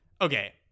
okay